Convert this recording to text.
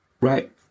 right